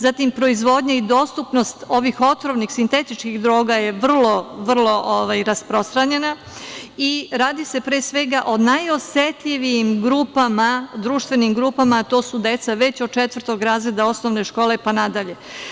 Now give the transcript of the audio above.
Zatim, proizvodnja i dostupnost ovih otrovnih, sintetičkih droga je vrlo rasprostranjena, i pre svega, radi se o najosetljivijim grupama, društvenim grupama, to su deca već od četvrtog razreda osnovne škole pa nadalje.